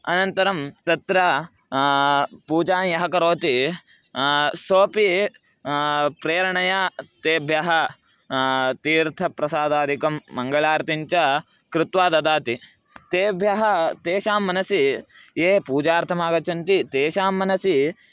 अनन्तरं तत्र पूजां यः करोति सोपी प्रेरणया तेब्यः तीर्थप्रसादादिकं मङ्गलारतिं च कृत्वा ददाति तेभ्यः तेषां मनसि ये पूजार्थमागच्छन्ति तेषां मनसि